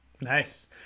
Nice